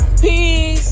Peace